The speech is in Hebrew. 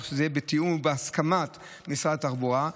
שזה יהיה בתיאום ובהסכמת משרד התחבורה,